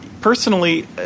personally